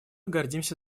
гордимся